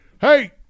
Hey